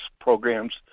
programs